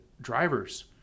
drivers